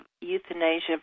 euthanasia